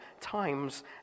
times